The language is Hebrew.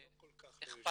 מהחברים.